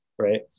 right